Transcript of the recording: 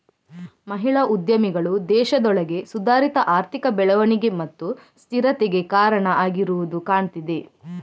ಮಹಿಳಾ ಉದ್ಯಮಿಗಳು ದೇಶದೊಳಗೆ ಸುಧಾರಿತ ಆರ್ಥಿಕ ಬೆಳವಣಿಗೆ ಮತ್ತು ಸ್ಥಿರತೆಗೆ ಕಾರಣ ಆಗಿರುದು ಕಾಣ್ತಿದೆ